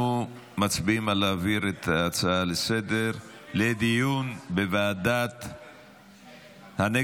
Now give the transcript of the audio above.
אנחנו מצביעים על להעביר את ההצעה לסדר-היום לדיון בוועדת נגב-גליל.